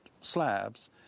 slabs